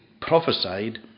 prophesied